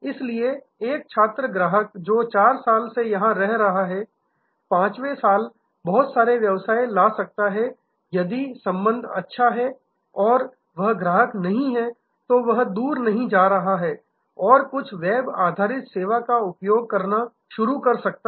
इसलिए एक छात्र ग्राहक जो 4 साल से यहां रह रहा है 5 साल बहुत सारे व्यवसाय ला सकता है यदि संबंध अच्छा है और वह ग्राहक नहीं है तो वह दूर नहीं जा रहा है और कुछ वेब आधारित सेवा का उपयोग करना शुरू कर सकता है